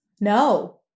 no